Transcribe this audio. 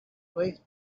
voice